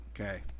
Okay